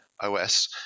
OS